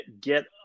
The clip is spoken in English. get